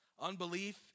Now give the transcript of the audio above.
Unbelief